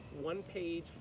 one-page